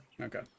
okay